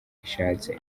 ishatse